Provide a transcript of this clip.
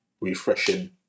refreshing